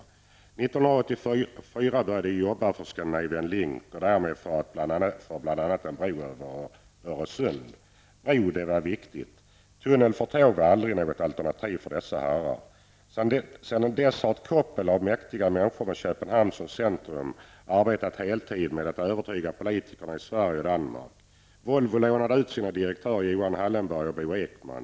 1984 började man jobba för Scandinavian En bro var viktig. Tunnel för tåg var aldrig något alternativ för dessa herrar. Sedan dess har ett koppel av mäktiga människor med Köpenhamn som centrum arbetat på heltid med att övertyga politikerna i Sverige och Danmark. Volvo lånade ut sina direktörer Johan Hallenberg och Bo Ekman.